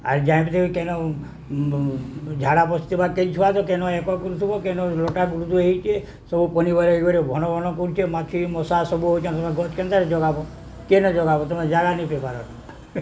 ଆର୍ ଯାାଇଁକି କେନ ଝାଡ଼ା ବସିଥିବା କେହି ଛୁଆ ତ କେନ ଏକ କରୁଥିବ କେନ ଲଟା ଗୁରୁତୁରୁ ହେଇକି ସବୁ ପନିିବର ଏ ଭଣ ଭଣ କରୁଛେ ମାଛି ମଶା ସବୁ ହଉଥିବେ ଗଛ କେନ୍ତାରେ ଜଗାବ କେନ ଜଗାବ ତୁମେ ଜାଗା ନାଇଁ ପାଇବାର